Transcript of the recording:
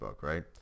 right